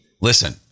Listen